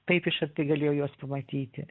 taip iš arti galėjau juos pamatyti